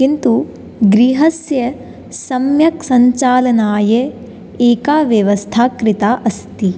किन्तु गृहस्य सम्यक् सञ्चालनाय एका व्यवस्था कृता अस्ति